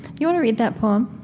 you want to read that poem?